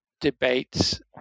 debates